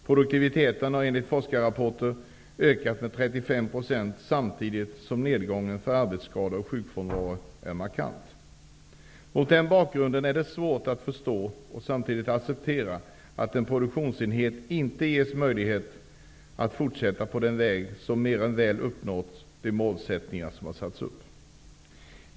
Produktiviteten har enligt forskarrapporter ökat med 35 %, samtidigt som nedgången för arbetsskador och sjukfrånvaro är markant. Mot den bakgrunden är det svårt att förstå och att samtidigt acceptera att en produktionsenhet inte ges möjlighet att fortsätta på den väg som innebär att de mål som satts upp mer än väl har kunnat uppnås.